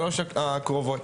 שלוש הקרובות.